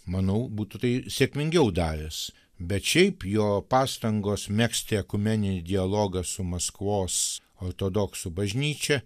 manau būtų tai sėkmingiau daręs bet šiaip jo pastangos megzti ekumeninį dialogą su maskvos ortodoksų bažnyčia